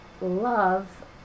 love